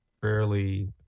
fairly